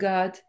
God